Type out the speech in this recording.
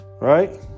Right